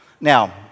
Now